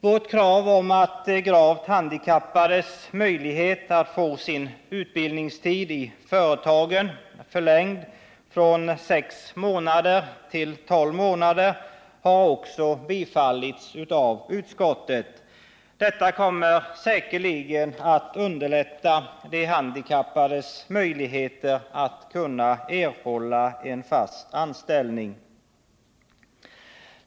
Vårt krav att gravt handikappade skall ha möjlighet att få sin utbildningstid i företagen förlängd från sex månader till tolv månader har också bifallits av utskottet. Detta kommer säkerligen att underlätta de handikappades möjligheter att erhålla fast anställning.